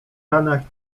ranach